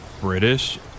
British